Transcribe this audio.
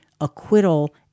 acquittal